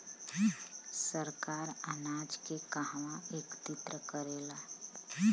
सरकार अनाज के कहवा एकत्रित करेला?